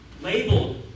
labeled